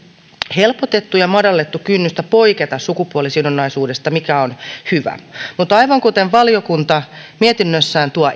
helpotettu ja madallettu kynnystä poiketa sukupuolisidonnaisuudesta mikä on hyvä mutta aivan kuten valiokunta mietinnössään tuo